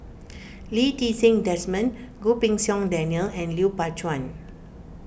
Lee Ti Seng Desmond Goh Pei Siong Daniel and Lui Pao Chuen